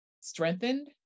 strengthened